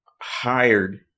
hired –